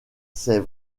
sait